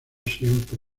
siempre